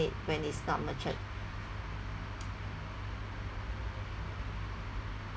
terminate when it's not matured